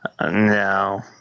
no